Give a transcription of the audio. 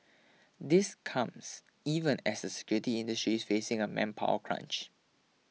this comes even as the security industry is facing a manpower crunch